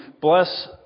bless